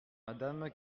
madame